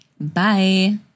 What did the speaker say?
Bye